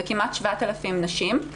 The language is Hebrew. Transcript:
וכמעט 7,000 נשים.